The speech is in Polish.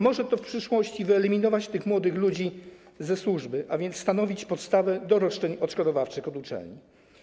Może to w przyszłości wyeliminować tych młodych ludzi ze służby, a więc stanowić podstawę do roszczeń odszkodowawczych od uczelni.